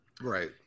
Right